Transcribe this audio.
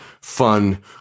fun